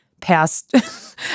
past